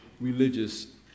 religious